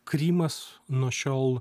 krymas nuo šiol